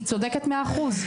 היא צודקת מאה אחוז.